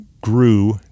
grew